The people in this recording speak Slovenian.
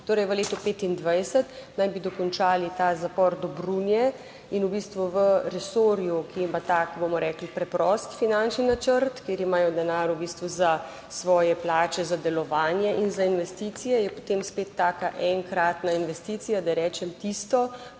Torej, v letu 2025 naj bi dokončali ta zapor Dobrunje. In v bistvu v resorju, ki ima tak, bomo rekli, preprost finančni načrt, kjer imajo denar v bistvu za svoje plače, za delovanje in za investicije, je potem spet taka enkratna investicija, da rečem tisto,